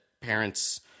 parents